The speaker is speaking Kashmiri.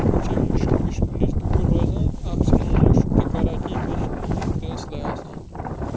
بیٚیہِ چھُ اَمہِ مُشکہٕ ؤشکہٕ نِش دوٗر روزان اکھ چھِ نہٕ یِم مُشک تہِ کران کِینہہ بیٚیہِ چھِ یِم اَصٕل تہِ آسان